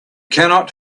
cannot